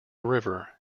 river